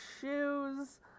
shoes